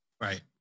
Right